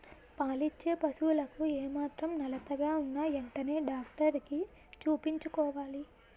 పాలిచ్చే పశువులకు ఏమాత్రం నలతగా ఉన్నా ఎంటనే డాక్టరికి చూపించుకోవాలి